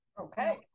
Okay